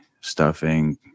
stuffing